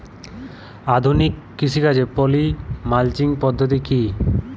আধুনিক কৃষিকাজে poly mulching পদ্ধতি কি?